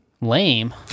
Lame